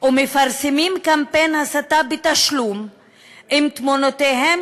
ומפרסמים קמפיין הסתה בתשלום עם תמונותיהם